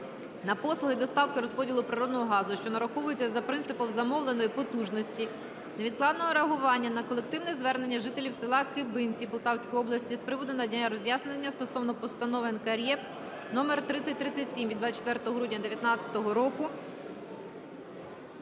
на послуги доставки/розподілу природного газу, що нараховується за принципом замовленої потужності, невідкладного реагування на колективне звернення жителів села Кибинці Полтавської області з приводу надання роз'яснення стосовно постанови НКРЕКП № 3037 від 24 грудня 2019 року;